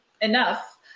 enough